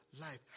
life